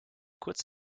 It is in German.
kurz